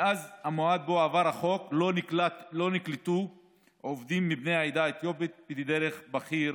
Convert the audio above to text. מאז המועד שבו עבר החוק לא נקלטו עובדים מבני העדה האתיופית בדרג בכיר,